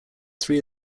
three